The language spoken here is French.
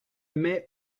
mets